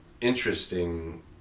interesting